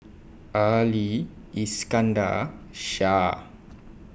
Ali Iskandar Shah